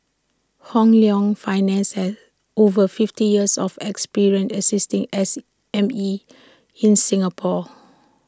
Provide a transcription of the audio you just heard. Hong Leong finances over fifty years of experience assisting S M E in Singapore